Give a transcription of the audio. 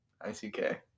I-C-K